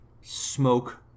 Smoke